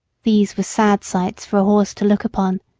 these were sad sights for a horse to look upon,